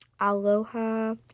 Aloha